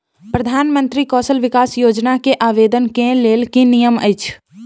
प्रधानमंत्री कौशल विकास योजना केँ आवेदन केँ लेल की नियम अछि?